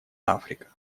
африка